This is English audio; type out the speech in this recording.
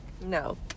No